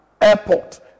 airport